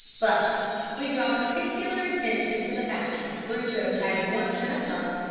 but we draw particular attention to the fact of crusoe's having once been a pup,